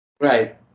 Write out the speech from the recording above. Right